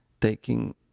taking